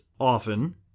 often